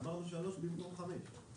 אמרנו שלוש במקום חמש.